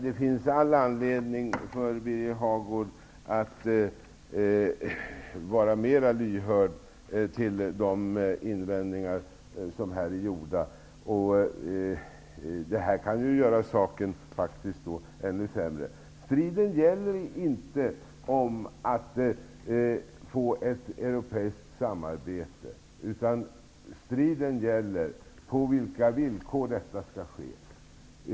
Det finns all anledning för Birger Hagård att vara mera lyhörd för de invändningar som har kommit fram här. Det här kan ju göra saken ännu sämre. Striden gäller inte ett europeiskt samarbete. Striden gäller på vilka villkor detta skall ske.